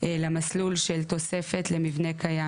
למסלול של תוספת למבנה קיים.